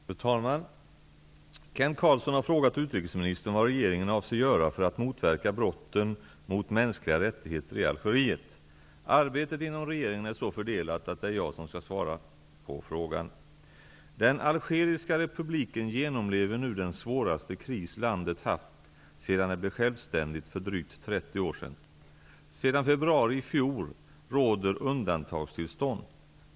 Fru talman! Kent Carlsson har frågat utrikesministern vad regeringen avser göra för att motverka brotten mot mänskliga rättigheter i Algeriet. Arbetet inom regeringen är så fördelat att det är jag som skall svara på frågan. Den algeriska republiken genomlever nu den svåraste kris landet haft sedan det blev självständigt för drygt 30 år sedan. Sedan februari i fjol råder undantagstillstånd.